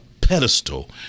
pedestal